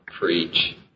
preach